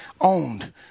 owned